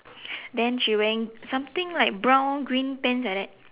then she wearing something like brown green pants like that